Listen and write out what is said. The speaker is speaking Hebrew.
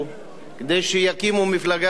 כדי שיקימו מפלגה חדשה,